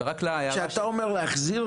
כשאתה אומר "להחזיר",